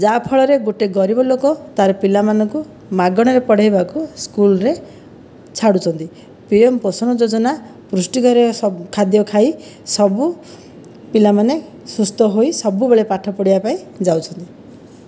ଯାହା ଫଳରେ ଗୋଟିଏ ଗରିବ ଲୋକ ତା'ର ପିଲାମାନଙ୍କୁ ମାଗଣାରେ ପଢ଼ାଇବାକୁ ସ୍କୁଲରେ ଛାଡ଼ୁଛନ୍ତି ପିଏମ୍ ପୋଷଣ ଯୋଜନା ପୁଷ୍ଟିକର ଖାଦ୍ୟ ଖାଇ ସବୁ ପିଲାମାନେ ସୁସ୍ଥ ହୋଇ ସବୁବେଳେ ପାଠପଢ଼ିବା ପାଇଁ ଯାଉଛନ୍ତି